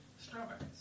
Strawberries